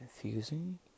confusing